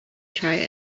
try